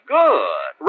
good